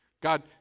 God